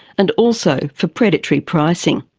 and also for predatory pricing.